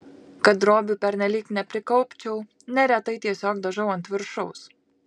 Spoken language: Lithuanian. kad drobių pernelyg neprikaupčiau neretai tiesiog dažau ant viršaus